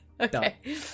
Okay